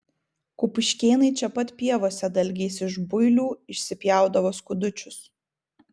kupiškėnai čia pat pievose dalgiais iš builių išsipjaudavo skudučius